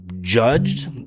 judged